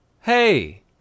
Hey